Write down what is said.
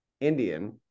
indian